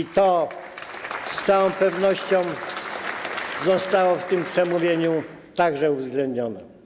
I to z całą pewnością zostało w tym przemówieniu także uwzględnione.